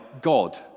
God